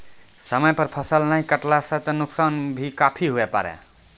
समय पर फसल नाय कटला सॅ त नुकसान भी काफी हुए पारै